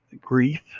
grief